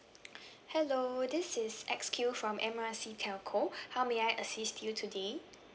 hello this is X_Q from M R C telco how may I assist you today